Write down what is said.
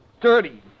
dirty